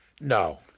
No